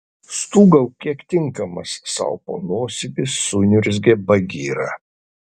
stūgauk kiek tinkamas sau po nosimi suniurzgė bagira